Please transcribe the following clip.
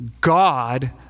God